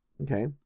okay